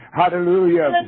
hallelujah